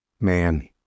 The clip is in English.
Man